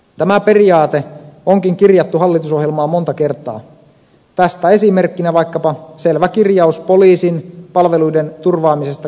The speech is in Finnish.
tämä periaate onkin kirjattu hallitusohjelmaan monta kertaa tästä esimerkkinä vaikkapa selvä kirjaus poliisin palveluiden turvaamisesta koko suomessa